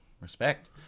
Respect